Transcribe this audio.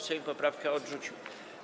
Sejm poprawkę odrzucił.